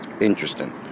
Interesting